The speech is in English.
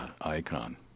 icon